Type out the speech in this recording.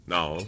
Now